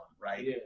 Right